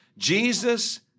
Jesus